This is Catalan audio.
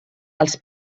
als